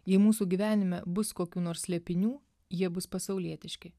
jei mūsų gyvenime bus kokių nors slėpinių jie bus pasaulietiški